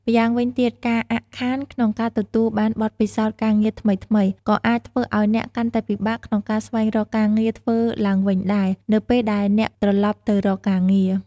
ម្យ៉ាងវិញទៀត ការអាក់ខានក្នុងការទទួលបានបទពិសោធន៍ការងារថ្មីៗ ក៏អាចធ្វើឱ្យអ្នកកាន់តែពិបាកក្នុងការស្វែងរកការងារធ្វើឡើងវិញដែរ នៅពេលដែលអ្នកត្រលប់ទៅរកការងារ។